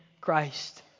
Christ